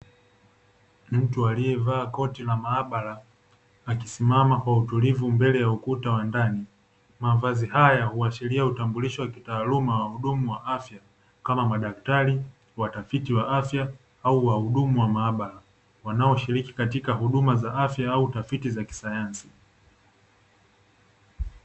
Mtu aliyevaa koti la maabara akisimama kwa utulivu mbele ya ukuta wa ndani, mavazi haya huashiria utambulisho wa taaluma ya wahudumu wa afya kama madaktari, watafiti wa afya au wahudumu wa maabara. Wanaoshiriki katika huduma za afya au tafiti za kisayansi.